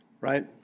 right